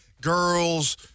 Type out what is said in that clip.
girls